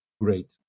great